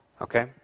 Okay